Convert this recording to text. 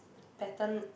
pattern